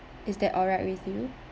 is that alright with you